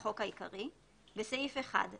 החוק העיקרי) בסעיף 1,